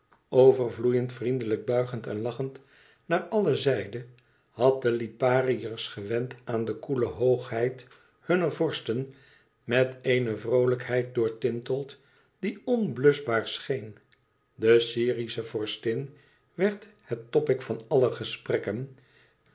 overvloeiend vriendelijk buigend en lachend naar alle zijden had de lipariërs gewend aan de koele hoogheid hunner vorsten met eene vroolijkheid doortinteld die onuitbluschbaar scheen de syrische vorstin werd het topic van alle gesprekken